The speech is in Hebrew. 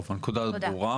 טוב, הנקודה הזאת ברורה.